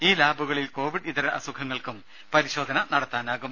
ഈ ലാബുകളിൽ കോവിഡ് ഇതര അസുഖങ്ങൾക്കും പരിശോധന നടത്താനാകും